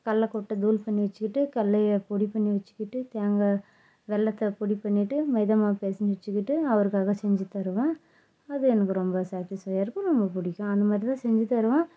கல்ல கொட்டை தூள் பண்ணி வச்சிக்கிட்டு கல்லையை பொடி பண்ணி வச்சிக்கிட்டு தேங்காய் வெல்லத்தை பொடி பண்ணிவிட்டு மைதா மாவு பெசஞ்சு வச்சிக்கிட்டு அவருக்காக செஞ்சு தருவேன் அது எனக்கு ரொம்ப சேட்டிஸ்ஃபையாக இருக்கும் ரொம்ப பிடிக்கும் அந்த மாரி தான் செஞ்சு தருவேன்